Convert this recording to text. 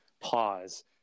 pause